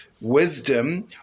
wisdom